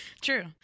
True